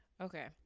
Okay